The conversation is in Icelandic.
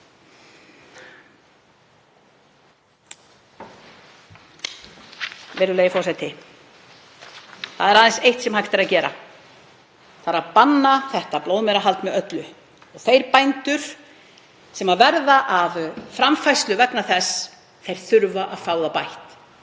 Virðulegi forseti. Það er aðeins eitt sem hægt er að gera, það er að banna blóðmerahald með öllu og þeir bændur sem verða af framfærslu vegna þess þurfa að fá það bætt.